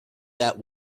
that